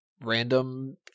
random